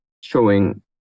showing